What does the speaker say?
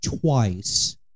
twice